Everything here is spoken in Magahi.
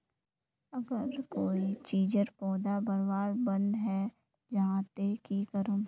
अगर कोई चीजेर पौधा बढ़वार बन है जहा ते की करूम?